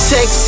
Sex